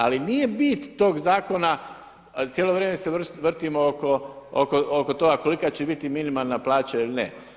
Ali nije bit tog zakona, cijelo vrijeme se vrtimo oko toga kolika će biti minimalna plaća ili ne.